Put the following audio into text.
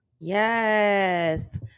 Yes